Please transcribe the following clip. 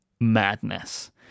madness